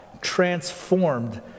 transformed